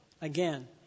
again